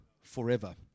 forever